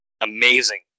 amazing